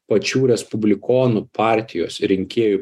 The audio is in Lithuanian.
pačių respublikonų partijos rinkėjų